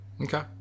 Okay